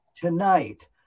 tonight